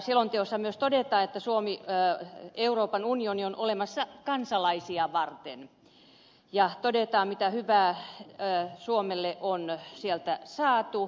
selonteossa myös todetaan että euroopan unioni on olemassa kansalaisia varten ja todetaan mitä hyvää suomelle on sieltä saatu